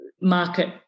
market